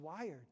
wired